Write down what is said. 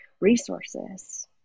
resources